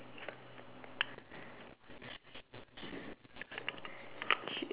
she is